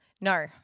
No